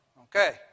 Okay